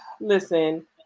listen